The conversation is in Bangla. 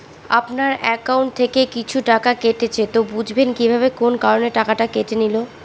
আপনার একাউন্ট থেকে কিছু টাকা কেটেছে তো বুঝবেন কিভাবে কোন কারণে টাকাটা কেটে নিল?